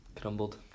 crumbled